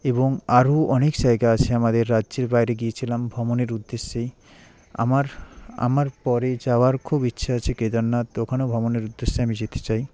এবং আরো অনেক জায়গা আছে আমাদের রাজ্যের বাইরে গিয়েছিলাম ভমোণের উদ্দেশ্যেই আমার আমার পরে যাওয়ার খুব ইচ্ছে আছে কেদারনাথ ওখানেও ভ্রমণের উদ্দেশ্যে আমি যেতে চাই